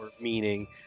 meaning